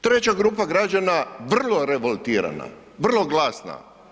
Treća grupa građana vrlo revoltirana, vrlo glasna.